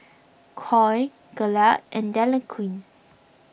Koi Glade and Dequadin